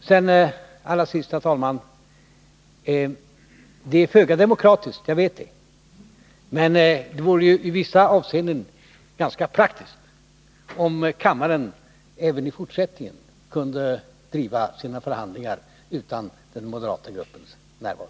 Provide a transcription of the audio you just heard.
Sedan allra sist, herr talman: Det är föga demokratiskt — jag vet det — men det vore ju i vissa avseenden ganska praktiskt, om kammaren även i fortsättningen kunde föra sina förhandlingar utan den moderata gruppens närvaro!